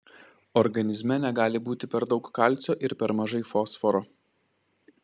organizme negali būti per daug kalcio ir per mažai fosforo